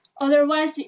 otherwise